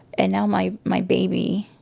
and now my my baby,